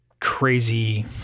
crazy